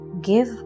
give